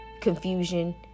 confusion